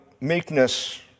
meekness